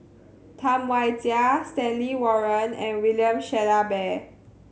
Tam Wai Jia Stanley Warren and William Shellabear